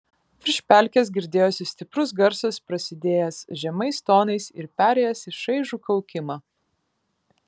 virš pelkės girdėjosi stiprus garsas prasidėjęs žemais tonais ir perėjęs į šaižų kaukimą